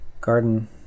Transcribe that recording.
garden